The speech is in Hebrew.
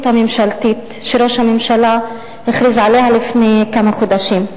הממשלתית שראש הממשלה הכריז עליה לפני כמה חודשים.